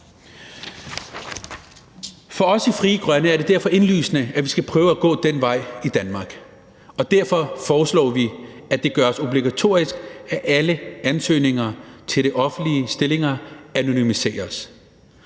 For os i Frie Grønne er det derfor indlysende, at man skal prøve at gå den vej i Danmark, og derfor foreslår vi, at det gøres obligatorisk, at alle ansøgninger til offentlige stillinger anonymiseres.